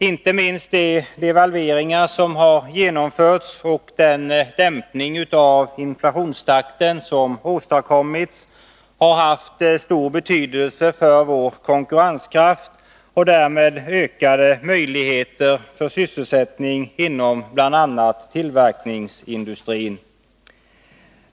Inte minst de devalveringar som har genomförts och den dämpning av inflationstakten som har åstadkommits har haft stor betydelse för vår konkurrenskraft och för att öka möjligheterna till sysselsättning inom bl.a. tillverkningsindustrin.